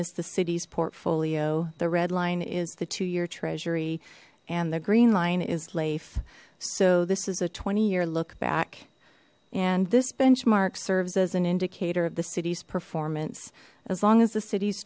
is the city's portfolio the red line is the two year treasury and the green line is life so this is a twenty year look back and this benchmark serves as an indicator of the city's performance as long as the cit